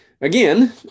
Again